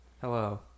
Hello